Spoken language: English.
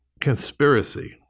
conspiracy